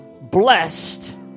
blessed